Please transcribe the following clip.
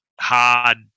hard